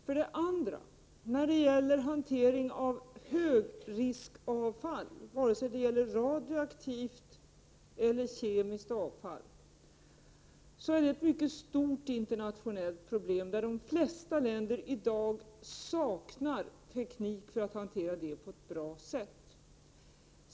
För det andra: Hanteringen av högriskavfall, vare sig det gäller radioaktivt eller kemiskt avfall, är ett mycket stort internationellt problem, som de flesta länder i dag saknar teknik för att hantera på ett bra sätt.